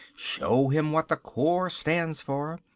show him what the corps stands for.